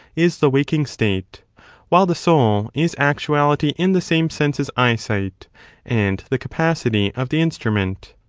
is the waking state while the soul is actuality in the same sense as eyesight and the capacity of the instrument.